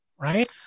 right